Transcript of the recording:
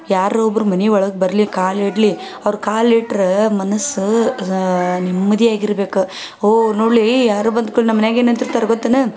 ಯಾರು ಒಬ್ರು ಮನೆಯೊಳಗೆ ಬರಲಿ ಕಾಲು ಇಡಲಿ ಅವ್ರು ಕಾಲು ಇಟ್ರೆ ಮನಸು ನೆಮ್ಮದಿಯಾಗಿ ಇರ್ಬೇಕು ಓ ನೋಡಲಿ ಯಾರು ಬಂದು ಕೂಡಲಿ ನಮ್ಮ ಮನ್ಯಾಗ ಏನು ಅಂತಿರ್ತಾರೆ ಗೊತ್ತು ಏನು